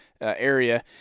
area